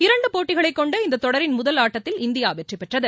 இரண்டு போட்டிகளைக் கொண்ட இந்த தொடரின் முதல் ஆட்டத்தில் இந்தியா வெற்றிபெற்றது